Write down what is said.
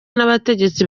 n’abategetsi